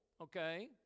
okay